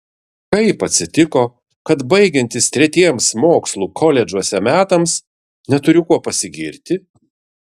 kaip atsitiko kad baigiantis tretiems mokslų koledžuose metams neturiu kuo pasigirti